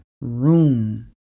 room